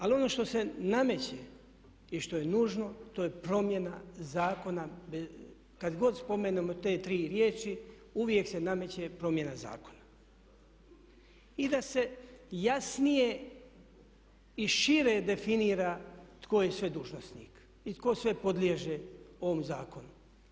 Ali ono što se nameće i što je nužno to je promjena zakona kad god spomenemo te tri riječi uvijek se nameće promjena zakona i da se jasnije i šire definira tko je sve dužnosnik i tko sve podliježe ovog zakonu.